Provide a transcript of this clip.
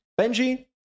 Benji